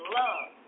love